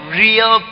real